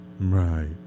Right